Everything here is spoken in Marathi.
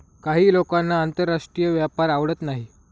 काही लोकांना आंतरराष्ट्रीय व्यापार आवडत नाही